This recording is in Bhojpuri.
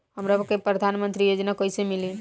हमरा के प्रधानमंत्री योजना कईसे मिली?